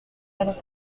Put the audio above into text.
allons